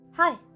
Hi